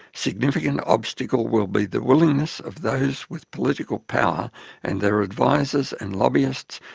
significant obstacle will be the willingness of those with political power and their advisors and lobbyists,